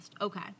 okay